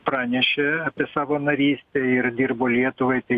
pranešė apie savo narystę ir dirbo lietuvai tai